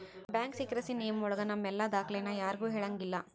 bank secrecy ನಿಯಮ ಒಳಗ ನಮ್ ಎಲ್ಲ ದಾಖ್ಲೆನ ಯಾರ್ಗೂ ಹೇಳಂಗಿಲ್ಲ